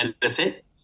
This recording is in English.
benefit